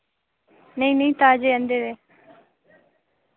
नेईं नेईं ताजे आह्नदे दे